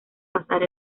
pasar